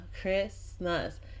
Christmas